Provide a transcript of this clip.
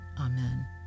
Amen